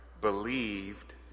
believed